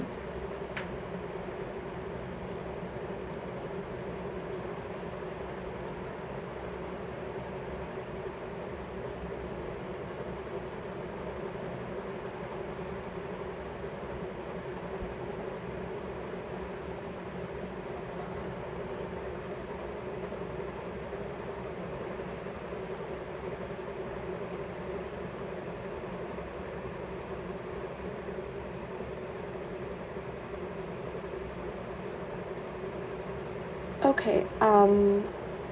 okay um